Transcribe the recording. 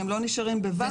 שהם לא נשארים בוואקום.